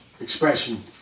expression